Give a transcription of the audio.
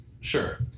Sure